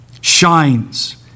shines